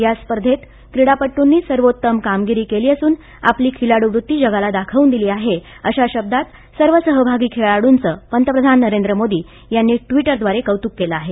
या स्पर्धेत क्रिडापटूंनी सर्वोत्तम कामगिरी केली असून आपली खिलाडू वृत्ती जगाला दाखवून दिली आहे अशा शब्दात सर्व सहभागी खेळाडूंच पंतप्रधान नरेंद्र मोदी यांनी ट्विटरद्वारे कौतूक केलं आहे